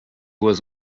was